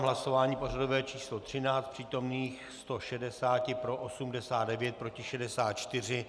V hlasování pořadové číslo 13 z přítomných 160 pro 89, proti 64.